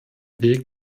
weg